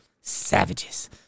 savages